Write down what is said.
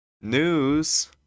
News